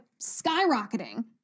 skyrocketing